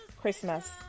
Christmas